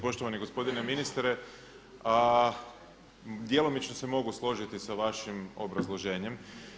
Poštovani gospodine ministre djelomično se mogu složiti sa vašim obrazloženjem.